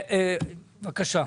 בבקשה,